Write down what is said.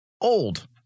old